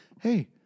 Hey